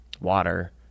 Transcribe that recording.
water